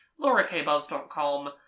laurakbuzz.com